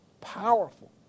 powerful